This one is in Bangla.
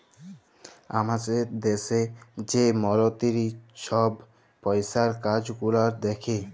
আমাদের দ্যাশে যে মলতিরি ছহব পইসার কাজ গুলাল দ্যাখে